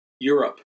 Europe